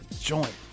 joint